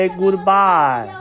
goodbye 。